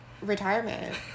retirement